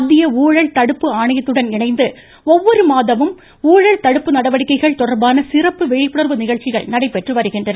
மத்திய ஊழல் தடுப்பு ஆணையத்துடன் இணைந்து ஒவ்வொரு மாதமும் ஊழல் தடுப்பு நடவடிக்கைகள் குறித்து சிறப்பு விழிப்புணர்வு நிகழ்ச்சிகள் நடைபெற்று வருகின்றன